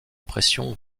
pression